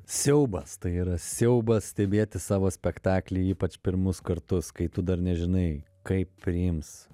siaubas tai yra siaubas stebėti savo spektaklį ypač pirmus kartus kai tu dar nežinai kaip priims